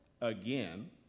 again